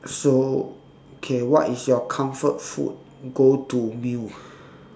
so okay what is your comfort food go to meal